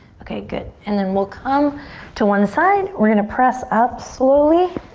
okay, good. and then we'll come to one side. we're gonna press up slowly.